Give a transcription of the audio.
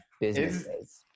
businesses